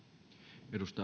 arvoisa